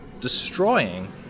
destroying